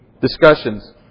discussions